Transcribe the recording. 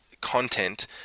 content